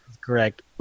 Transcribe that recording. Correct